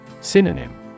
Synonym